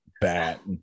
bat